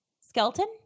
Skeleton